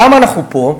למה אנחנו פה?